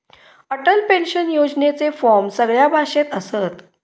Atal pension योजनेचे form सगळ्या भाषेत असत